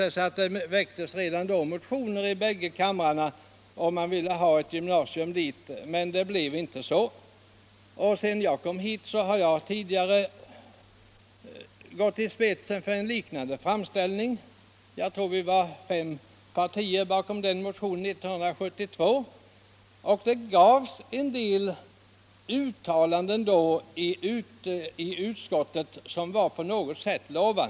Det väcktes redan då motioner i bägge kamrarna om ett gymnasium i området, men det blev inte så. När jag kom till riksdagen gick jag i spetsen för en liknande framställning. Jag tror det var fem partier som stod bakom motionen år 1972. Det gjordes då en del lovande uttalanden i utskottet.